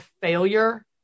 failure